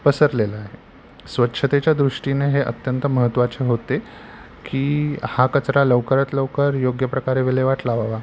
पसरलेला आहे स्वच्छतेच्या दृष्टीने हे अत्यंत महत्त्वाचे होते की हा कचरा लवकरात लवकर योग्य प्रकारे विल्हेवाट लावावा